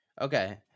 Okay